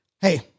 hey